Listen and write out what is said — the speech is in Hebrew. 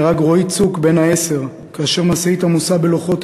נהרג רועי צוק בן העשר כאשר משאית עמוסה בלוחות